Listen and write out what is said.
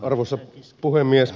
arvoisa puhemies